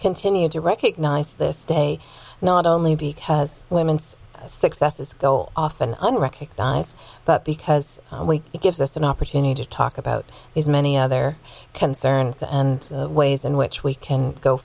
continue to recognize this day not only because women's successes go often on recognize but because it gives us an opportunity to talk about these many other concerns and ways in which we can go